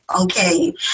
Okay